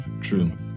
true